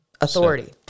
Authority